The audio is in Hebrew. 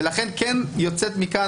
ולכן יוצאת מכאן,